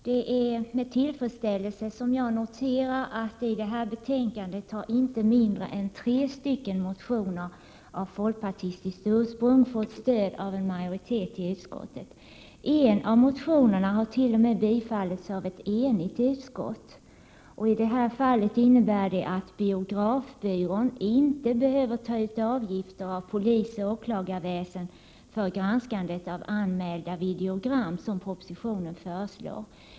Herr talman! Med tillfredsställelse noterar jag att inte mindre än tre motioner av folkpartistiskt ursprung fått stöd av en majoritet i utskottet. En av motionerna har t.o.m. tillstyrkts av ett enigt utskott. I detta fall betyder det att biografbyrån inte behöver ta ut avgifter av polisoch åklagarväsen för granskandet av anmälda videogram, vilket föreslås i propositionen.